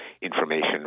information